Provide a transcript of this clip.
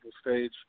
stage